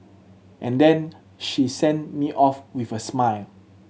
and then she sent me off with a smile